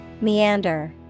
Meander